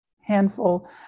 Handful